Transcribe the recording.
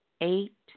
eight